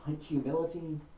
humility